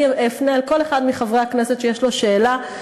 אפנה לכל אחד מחברי הכנסת שיש לו שאלה,